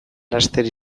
laster